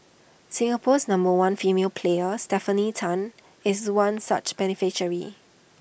Singapore's number one female player Stefanie Tan is one such beneficiary